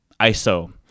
ISO